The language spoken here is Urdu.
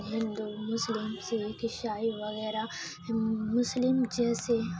ہندو مسلم سکھ عیسائی وغیرہ مسلم جیسے